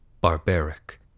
barbaric